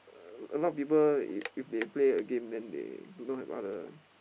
a a lot of people if if they play a game then they do not have other